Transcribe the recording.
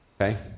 okay